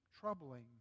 troubling